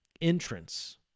entrance